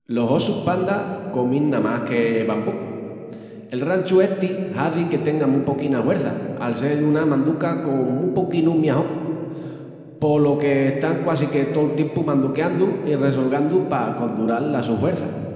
Los ossus panda comin namás que bambú. El ranchu esti hazi que tengan mu poquina huerça al sel una manduca con mu poquinu miajón, polo que están quasique tol tiempu manduqueandu i resolgandu pa condural las sus huerças.